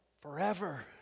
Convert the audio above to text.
forever